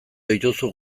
dituzu